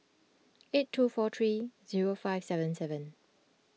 eight two four three zero five seven seven